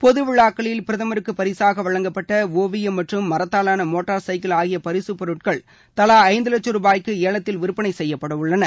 பொது விழாக்களில் பிரதமருக்கு பரிசாக வழங்கப்பட்ட ஒவியம் மற்றும் மரத்தாவான மோட்டார் சைக்கிள் ஆகிய பரிகப்பொருட்கள் தவா ஐந்து வட்சம் ருபாய்க்கு ஏலத்தில் விற்பனை செய்யப்பட்டுள்ளன